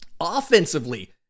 Offensively